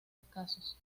escasos